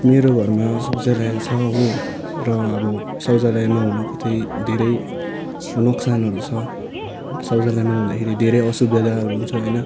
मेरो घरमा शौचालय छ हो र अब शौचालय नहुनुको चाहिँ धेरै नोक्सानहरू छ शौचालय नहुँदाखेरि धेरै असुविधाहरू हुन्छ होइन